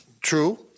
true